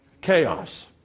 Chaos